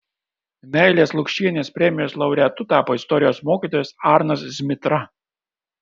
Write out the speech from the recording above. meilės lukšienės premijos laureatu tapo istorijos mokytojas arnas zmitra